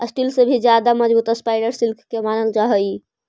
steel से भी ज्यादा मजबूत स्पाइडर सिल्क के मानल जा हई